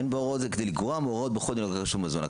אין בהוראה הזו כדי לגרוע מהוראות הנוגעות לכשרות במזון.